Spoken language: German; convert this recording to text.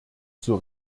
zur